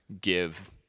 give